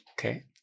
Okay